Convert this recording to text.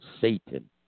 Satan